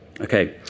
Okay